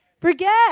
Forget